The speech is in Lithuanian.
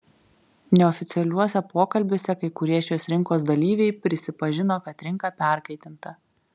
neoficialiuose pokalbiuose kai kurie šios rinkos dalyviai prisipažino kad rinka perkaitinta